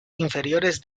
inferiores